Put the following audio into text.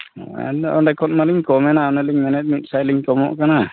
ᱢᱮᱱᱫᱚ ᱚᱸᱰᱮ ᱠᱷᱚᱱ ᱢᱟᱹᱞᱤᱧ ᱠᱚᱢᱱᱟ ᱚᱱᱮᱞᱤᱧ ᱢᱮᱱᱮᱜ ᱢᱤᱫᱥᱟᱭ ᱞᱤᱧ ᱠᱚᱢᱚᱜ ᱠᱟᱱᱟ